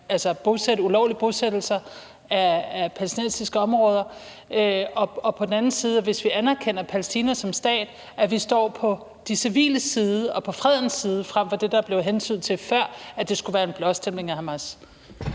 ved ulovlige bosættelser af palæstinensiske områder, og at vi på den anden side, hvis vi anerkender Palæstina som stat, står på de civiles side og på fredens side frem for det, der blev hentydet til før, altså at det skulle være en blåstempling af Hamas.